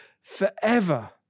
forever